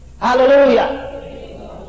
Hallelujah